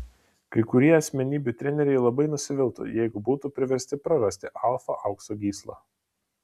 kai kurie asmenybių treneriai labai nusiviltų jeigu būtų priversti prarasti alfa aukso gyslą